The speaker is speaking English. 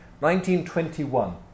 1921